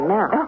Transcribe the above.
now